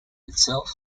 itself